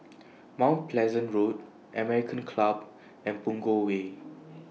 Mount Pleasant Road American Club and Punggol Way